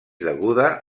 deguda